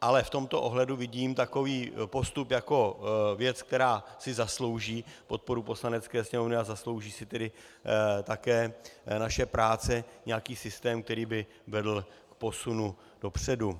ale v tomto ohledu vidím takový postup jako věc, která si zaslouží podporu Poslanecké sněmovny, a naše práce si zaslouží také nějaký systém, který by vedl k posunu dopředu.